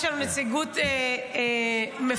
יש לנו נציגות מפוארת.